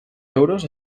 euros